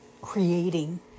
creating